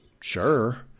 Sure